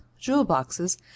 jewel-boxes